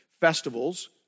festivals